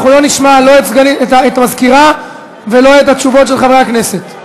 אנחנו לא נשמע לא את המזכירה ולא את התשובות של חברי הכנסת.